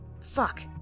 fuck